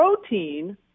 protein